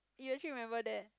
he actually remember that